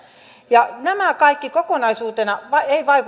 nämä kaikki kokonaisuutena